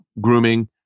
grooming